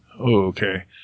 okay